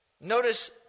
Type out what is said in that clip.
Notice